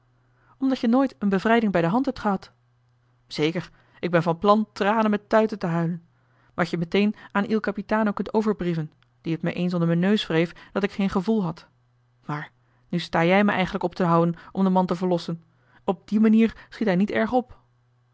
omdat je nooit een bevrijding hij de hand hebt gehad zeker ik ben van plan tranen met tuiten te huilen wat je meteen aan il capitano kunt overbrieven die het me eens onder m'n neus wreef dat ik geen gevoel had maar nu sta jij me eigenlijk op te houden om den man te verlossen op die manier schiet hij niet erg op